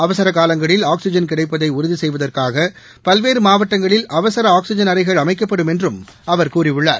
அவசர காலங்களில் ஆக்ஸிஜன் கிடைப்பதை உறுதி செய்வதற்காக பல்வேறு மாவட்டங்களில் அவசர ஆக்ஸிஜன் அறைகள் அமைக்கப்படும் என்று அவர் கூறியுள்ளார்